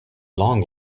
long